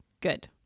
Good